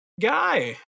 guy